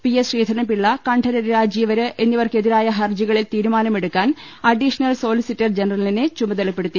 P S Sreedharan Pillai Kandararu Rajeevaru എന്നിവർക്കെതി രായ ഹർജികളിൽ തീരുമാനമെടുക്കാൻ അഡീഷണൽ സോളിസിറ്റർ ജനറലിനെ ചുമതലപ്പെടുത്തി